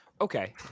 Okay